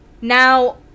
now